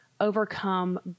overcome